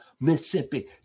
Mississippi